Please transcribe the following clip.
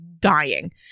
dying